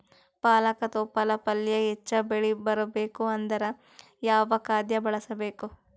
ಪಾಲಕ ತೊಪಲ ಪಲ್ಯ ಹೆಚ್ಚ ಬೆಳಿ ಬರಬೇಕು ಅಂದರ ಯಾವ ಖಾದ್ಯ ಬಳಸಬೇಕು?